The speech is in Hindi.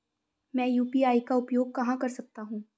मैं यू.पी.आई का उपयोग कहां कर सकता हूं?